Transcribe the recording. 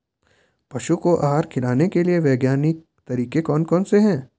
पशुओं को आहार खिलाने के लिए वैज्ञानिक तरीके कौन कौन से हैं?